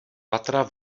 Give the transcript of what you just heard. patra